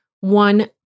one